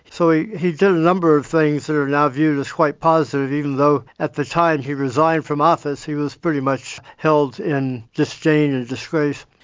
so he he did a number of things that are now viewed as quite positive, even though at the time he resigned from office he was pretty much held in disdain and disgrace.